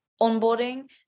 onboarding